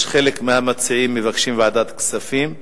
חלק מהמציעים מבקשים ועדת הכספים וחלק,